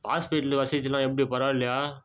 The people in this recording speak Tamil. ஹாஸ்பிட்லு வசதியெல்லாம் எப்படி பரவாயில்லையா